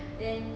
then